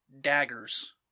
daggers